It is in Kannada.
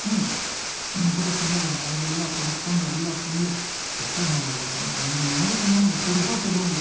ಹಿಂಗೆ ಹಿಂಗೆ ಕೊಡಸ್ತೀವಿ ಅಂದ್ರೆ ಅದೆಲ್ಲ ಕೊಡಸ್ಕೊಂಡು ಎಲ್ಲಾ ಫುಲ್ ಯಪ್ಪಾ ನಮ್ಮ ನಮ್ದು ನೋಡಿದ್ರೆ ನಮ್ಗೆ ಪುರ್ಸೋತ್ತು ಇರಂಗಿಲ್ಲ